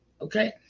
okay